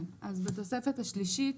אז בתוספת השלישית